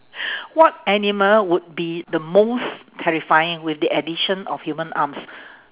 what animal would be the most terrifying with the addition of human arms